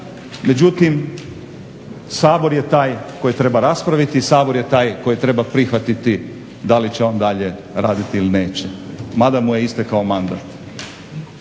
međutim Sabor je taj koji treba raspraviti, Sabor je taj koji treba prihvatiti da li će on dalje raditi ili neće mada mu je istekao mandat.